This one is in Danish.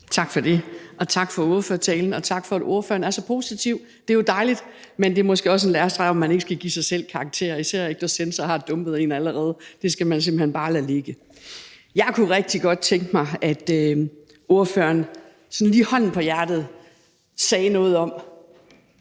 Tak for det. Tak for ordførertalen, og tak for, at ordføreren er så positiv. Det er jo dejligt, men det er måske også en lærestreg om, at man ikke skal give sig selv karakter, især ikke når censor allerede har dumpet en. Det skal man simpelt hen bare lade ligge. Jeg kunne rigtig godt tænke mig at høre, om ordføreren med hånden på hjertet kan sige,